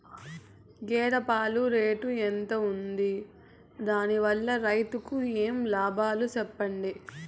గేదె పాలు రేటు ఎంత వుంది? దాని వల్ల రైతుకు ఏమేం లాభాలు సెప్పండి?